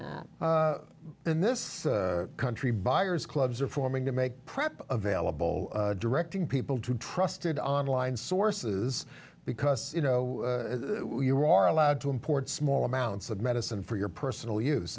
that in this country buyers clubs are forming to make prep available directing people to trusted online sources because you know you are allowed to import small amounts of medicine for your personal use